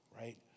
right